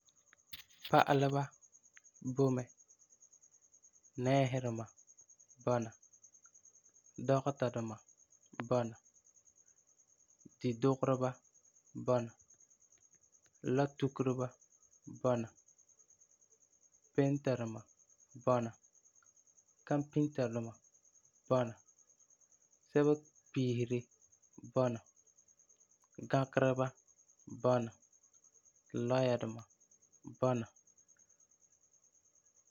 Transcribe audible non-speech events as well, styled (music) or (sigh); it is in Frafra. (noise) Pa'aleba boi mɛ, nɛɛsi duma bɔna, dɔgeta duma bɔna, di dugereba bɔna, lɔa tukereba bɔna, penta duma bɔna, kanpinta duma bɔna, sɛba n piiseri bɔna, gãkereba bɔna, lawyer duma bɔna.